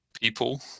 people